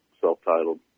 self-titled